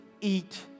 eat